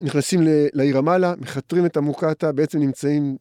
נכנסים לעיר עמאלה, מכתרים את המוקטעה, בעצם נמצאים...